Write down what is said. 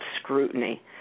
scrutiny